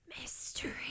Mystery